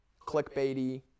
clickbaity